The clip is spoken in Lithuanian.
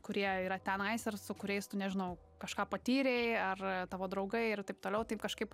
kurie yra tenais ir su kuriais tu nežinau kažką patyrei ar tavo draugai ir taip toliau taip kažkaip